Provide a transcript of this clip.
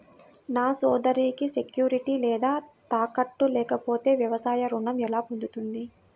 నా సోదరికి సెక్యూరిటీ లేదా తాకట్టు లేకపోతే వ్యవసాయ రుణం ఎలా పొందుతుంది?